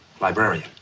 librarian